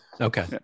Okay